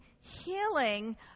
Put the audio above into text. healing